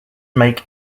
make